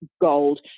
gold